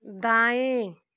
दाएँ